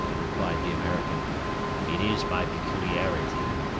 replied the american it is my peculiarity.